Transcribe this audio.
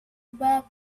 back